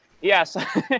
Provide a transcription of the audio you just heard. yes